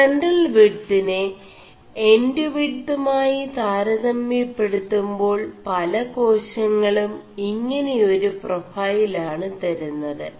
െസൻ4ടൽ വിട്ø്െM എൻഡ് വിഡ്øുമായി താരതമçെçടുøുേ2ാൾ പല േകാശÆളgം ഇÆെന ഒരു െ4പാൈഫൽ ആണ് തരുMത്